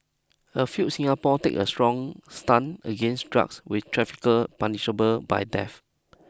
a few Singapore takes a strong stance against drugs with traffickers punishable by death